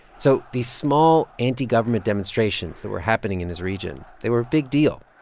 so these small anti-government demonstrations that were happening in his region, they were big deal.